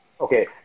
Okay